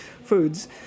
foods